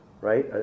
right